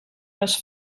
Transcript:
les